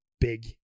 big